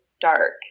dark